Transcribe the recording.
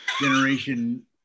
generation